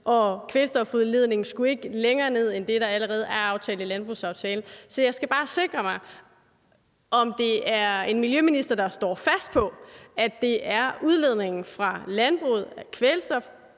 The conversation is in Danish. og kvælstofudledningen skulle ikke længere ned end det, der allerede er aftalt i landbrugsaftalen. Så jeg skal bare sikre mig, at det er en miljøminister, der står fast på, at det er udledningen fra landbruget af kvælstof,